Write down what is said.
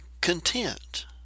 content